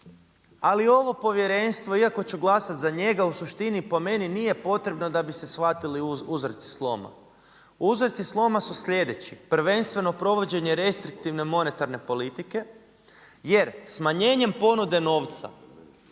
ali ovo povjerenstvo iako ću glasati za njega, u suštini po meni nije potrebno da bi se shvatili uzroci sloma. Uzroci sloma su slijedeći. Prvenstveno provođenje restriktivne monetarne politike, jer smanjenjem ponude novca